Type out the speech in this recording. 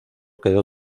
quedó